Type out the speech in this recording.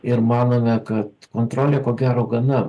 ir manome kad kontrolė ko gero gana